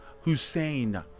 Hussein